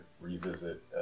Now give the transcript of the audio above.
revisit